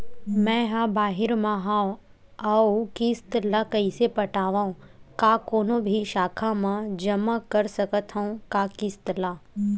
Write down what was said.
मैं हा बाहिर मा हाव आऊ किस्त ला कइसे पटावव, का कोनो भी शाखा मा जमा कर सकथव का किस्त ला?